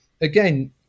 again